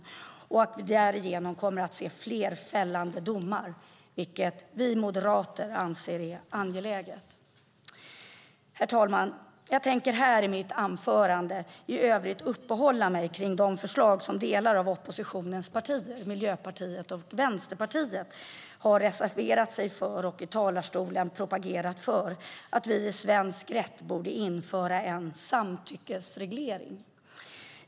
Och jag tror att vi därigenom kommer att se fler fällande domar, vilket vi moderater anser är angeläget. Herr talman! Jag tänker i mitt anförande i övrigt uppehålla mig kring de förslag som delar av oppositionens partier, Miljöpartiet och Vänsterpartiet, har reserverat sig för och i talarstolen propagerat för, att vi i svensk rätt borde införa en samtyckesreglering.